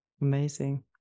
Amazing